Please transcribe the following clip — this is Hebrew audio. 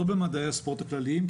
לא במדעי הספורט הכלליים,